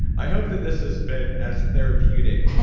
i hope that this has been as therapeutic